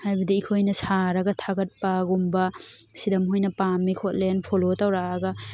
ꯍꯥꯏꯕꯗꯤ ꯑꯩꯈꯣꯏꯅ ꯁꯥꯔꯒ ꯊꯥꯒꯠꯄꯒꯨꯝꯕ ꯁꯤꯗ ꯃꯣꯏꯅ ꯄꯥꯝꯃꯦ ꯈꯣꯠꯂꯦꯅ ꯐꯣꯂꯣ ꯇꯧꯔꯛꯑꯒ